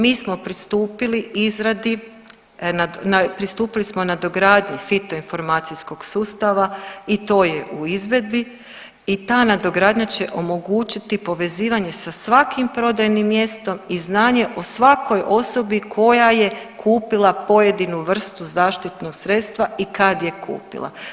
Mi smo pristupili izradi, pristupili smo nadogradnji fitoinformacijskog sustava i to je u izvedbi i ta nadogradnja će omogućiti povezivanje sa svakim prodajnim mjestom i znanje o svakoj osobi koja je kupila pojedinu vrstu zaštitnog sredstva i kad je kupila.